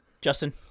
justin